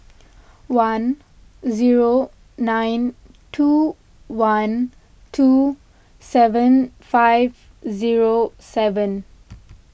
one zero nine two one two seven five zero seven